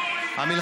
שהציבור ידע.